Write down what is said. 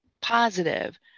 positive